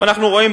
אנחנו רואים,